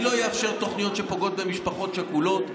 אני לא אאפשר תוכניות שפוגעות במשפחות שכולות,